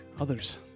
others